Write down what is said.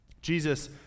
Jesus